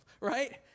right